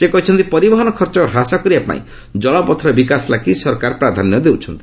ସେ କହିଛନ୍ତି ପରିବହନ ଖର୍ଚ୍ଚ ହ୍ରାସ କରିବା ପାଇଁ କଳପଥର ବିକାଶ ଲାଗି ସରକାର ପ୍ରାଧାନ୍ୟ ଦେଉଛନ୍ତି